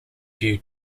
view